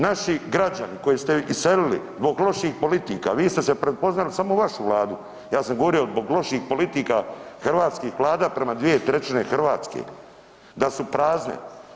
Naši građani koje ste iselili zbog loših politika, vi ste se prepoznali samo vašu Vladu, ja sam govorio zbog loših politika hrvatskih vlada prema 2/3 Hrvatske da su prazne.